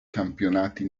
campionati